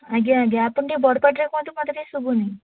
ଆଜ୍ଞା ଆଜ୍ଞା ଆପଣ ଟିକିଏ ବଡ଼ପାଟିରେ କୁହନ୍ତୁ ମୋତେ ଟିକିଏ ଶୁଭୁନି